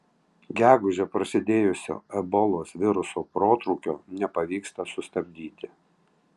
gegužę prasidėjusio ebolos viruso protrūkio nepavyksta sustabdyti